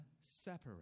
separate